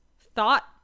thought